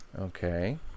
Okay